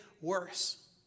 worse